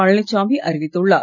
பழனிசாமி அறிவித்துள்ளார்